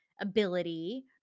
Ability